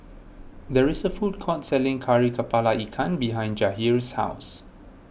there is a food court selling Kari Kepala Ikan behind Jahir's house